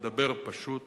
לדבר פשוט